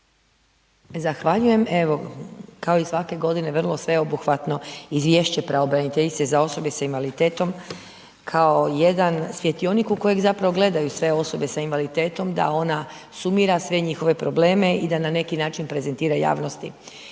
Zahvaljujem. Evo, kao i svake godine vrlo sveobuhvatno Izvješće pravobraniteljice za osobe sa invaliditetom kao jedan svjetionik u kojeg zapravo gledaju sve osobe sa invaliditetom da ona sumira sve njihove probleme i da na neki način prezentira javnosti.